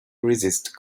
resist